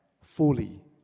fully